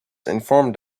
informed